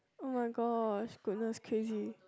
oh-my-god goodness crazy